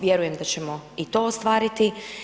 Vjerujem da ćemo i to ostvariti.